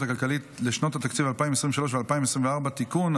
הכלכלית לשנות התקציב 2023 ו-2024) (תיקון),